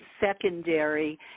secondary